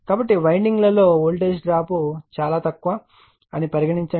కాబట్టి వైండింగ్లలో volt drop చాలా తక్కువ అని పరిగణించండి